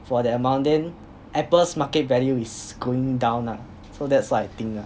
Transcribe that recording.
for that amount than apple's market value is going down lah so that's what I think ah